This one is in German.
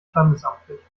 standesamtlich